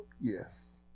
Yes